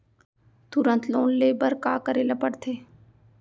तुरंत लोन ले बर का करे ला पढ़थे?